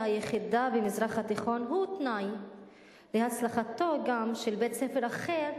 היחידה במזרח התיכון" היא גם תנאי להצלחתו של בית-ספר אחר,